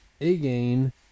again